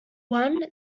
one